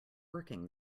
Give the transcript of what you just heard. working